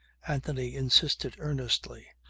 anthony insisted earnestly.